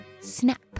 snap